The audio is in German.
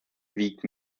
wiegt